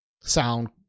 Sound